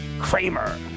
Kramer